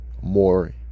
more